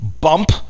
bump